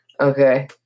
Okay